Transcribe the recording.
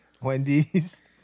Wendy's